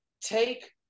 take